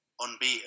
unbeaten